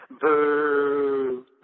Boo